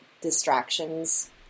distractions